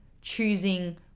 choosing